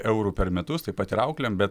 eurų per metus tai pat ir auklėm bet